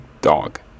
dog